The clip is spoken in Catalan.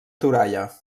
toralla